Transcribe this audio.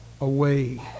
away